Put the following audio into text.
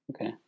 Okay